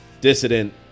Dissident